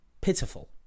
pitiful